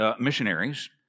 missionaries